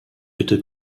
bitte